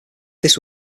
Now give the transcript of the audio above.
this